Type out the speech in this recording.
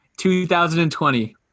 2020